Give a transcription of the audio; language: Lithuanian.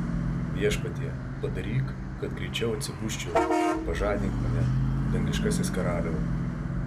viešpatie padaryk kad greičiau atsibusčiau pažadink mane dangiškasis karaliau